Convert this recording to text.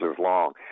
long